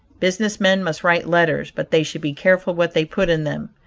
business men must write letters, but they should be careful what they put in them.